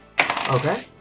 Okay